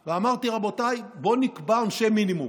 ואמרתי: רבותיי, בואו נקבע עונשי מינימום,